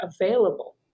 available